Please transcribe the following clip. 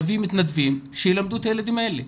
נביא מתנדבים שילמדו את הילדים האלה.